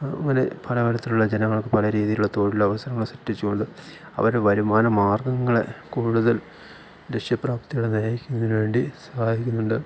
അങ്ങനെ പലതരത്തിലുള്ള ജനങ്ങൾക്ക് പല രീതിയിലുള്ള തൊഴിലവസരങ്ങൾ സൃഷ്ടിച്ചുകൊണ്ട് അവർ വരുമാന മാർഗ്ഗങ്ങളെ കൂടുതൽ ലക്ഷ്യ പ്രാപ്തികളിലേക്ക് നയിക്കുന്നതിനു വേണ്ടി സഹായിക്കുന്നുണ്ട്